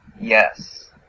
Yes